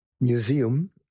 museum